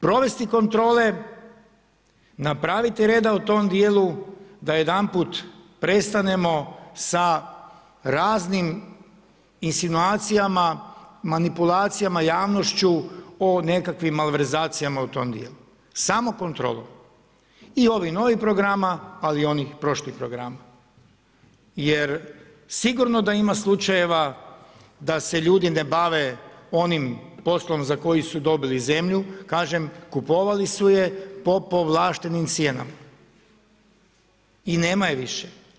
Provesti kontrole, napraviti reda u tom dijelu da jedanput prestanemo sa raznim insinuacijama, manipulacijama javnošću o nekakvim malverzacijama u tom dijelu, samo kontrom i ovih novih programa, ali i onih prošlih programa jer sigurno da ima slučajeva da se ljudi ne bave onim poslom za koji su dobili zemlju, kažem kupovali su je po povlaštenim cijenama i nema je više.